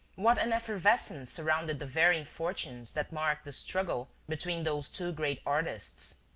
what an effervescence surrounded the varying fortunes that marked the struggle between those two great artists!